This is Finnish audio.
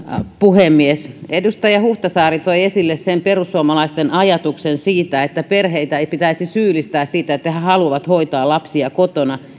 puhemies edustaja huhtasaari toi esille perussuomalaisten ajatuksen siitä että perheitä ei pitäisi syyllistää siitä että he haluavat hoitaa lapsia kotona